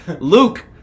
Luke